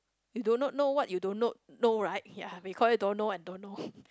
you do not know what you do not know know right ya we call it don't know and don't know